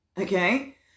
Okay